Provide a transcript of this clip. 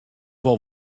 wol